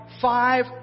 five